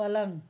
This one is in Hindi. पलंग